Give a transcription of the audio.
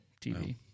TV